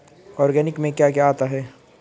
Organic में क्या क्या आता है?